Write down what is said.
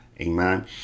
Amen